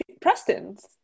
Preston's